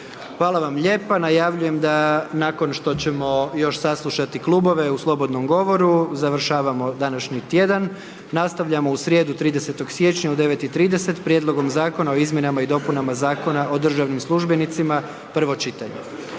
Hvala vam lijepa. Najavljujem da nakon što ćemo još saslušati klubove u slobodnom govoru završavamo današnji tjedan. Nastavljamo u srijedu, 30. siječnja u 9,30 Prijedlogom zakona o izmjenama i dopunama Zakona o državnim službenicima, prvo čitanje.